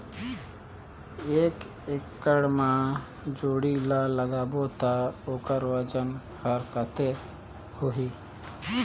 एक एकड़ मा जोणी ला लगाबो ता ओकर वजन हर कते होही?